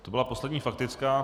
To byla poslední faktická.